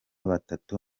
batatu